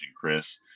Chris